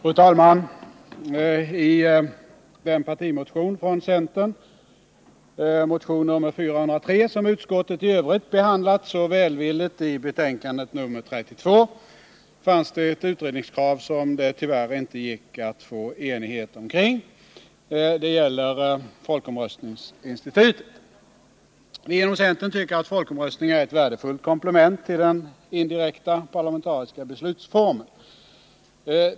Fru talman! I den partimotion från centern, motion nr 403, som utskottet i övrigt behandlat så välvilligt i betänkande nr 32, fanns ett utredningskrav som det tyvärr inte gick att få enighet omkring. Det gäller folkomröstnings Nr 51 institutet. Torsdagen den Vi inom centern tycker att folkomröstningar är ett värdefullt komplement 13 december 1979 till den indirekta, parlamentariska beslutsformen.